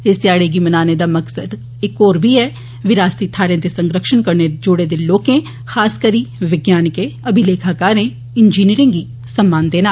इस ध्याड़े गी मनाने दा इक होर मकसद ऐ विरासती थाहरें दे संरक्षण कन्नै जुड़े दे लोकें खास करी विज्ञानिकें अभिलेखाकारें इंजीनियरें गी सम्मान देना